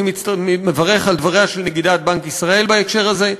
אני מברך על דבריה של נגידת בנק ישראל בהקשר הזה.